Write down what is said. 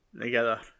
together